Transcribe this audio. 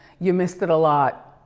you missed it a lot.